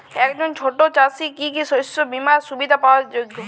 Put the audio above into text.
একজন ছোট চাষি কি কি শস্য বিমার সুবিধা পাওয়ার যোগ্য?